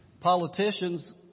politicians